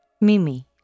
Mimi